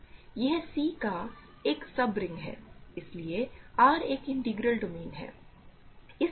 तो यह C का एक सब रिंग है इसलिए R एक इंटीग्रल डोमेन है